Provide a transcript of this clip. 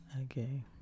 Okay